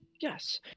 Yes